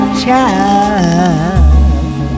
child